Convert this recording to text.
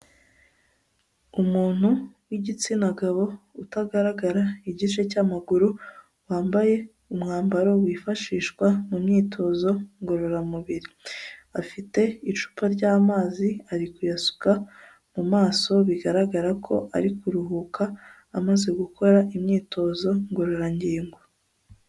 Umuntu w'igitsina gabo utagaragara igice cy'amaguru, wambaye umwambaro wifashishwa mu myitozo ngororamubiri, afite icupa ry'amazi ari kuyasuka mu maso bigaragara ko ari kuruhuka, amaze gukora imyitozo ngororangingo.